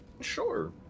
Sure